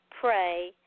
pray